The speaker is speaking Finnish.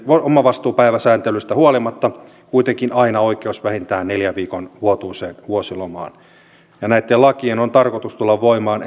omavastuupäiväsääntelystä huolimatta kuitenkin aina oikeus vähintään neljän viikon vuotuiseen vuosilomaan näitten lakien on tarkoitus tulla voimaan